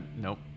Nope